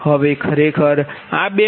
હવે ખરેખર આ 2 મેટ્રિક્સ B અને B છે